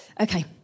Okay